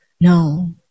No